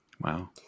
Wow